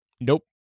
Nope